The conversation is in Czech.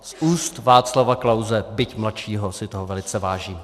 Z úst Václava Klause, byť mladšího, si toho velice vážím.